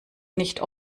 nicht